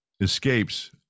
escapes